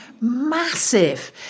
massive